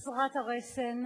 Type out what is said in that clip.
חסרת הרסן,